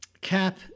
cap